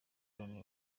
loni